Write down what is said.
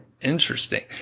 Interesting